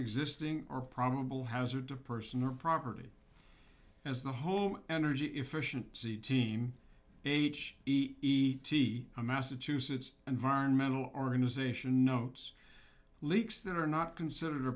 existing or probable hazard to person or property as the whole energy efficiency team h e e t a massachusetts environmental organization notes leaks that are not considered a